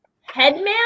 Headman